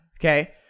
Okay